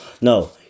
No